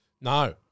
no